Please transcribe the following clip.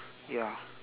ya